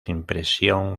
impresión